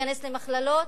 להיכנס למכללות?